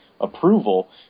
approval